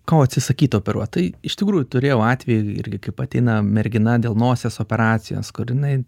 ko atsisakyt operuot tai iš tikrųjų turėjau atvejų irgi kaip ateina mergina dėl nosies operacijos kur jinai